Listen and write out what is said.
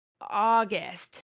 August